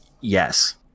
Yes